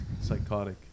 psychotic